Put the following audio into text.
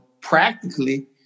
practically